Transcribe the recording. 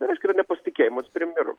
na reiškia yra nepasitikėjimas premjeru